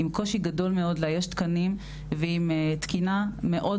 עם קושי גדול מאוד לאייש תקנים ועם תקינה מאוד